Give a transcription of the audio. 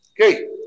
Okay